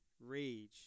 rage